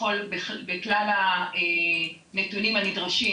בכלל הנתונים הנדרשים,